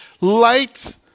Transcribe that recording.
light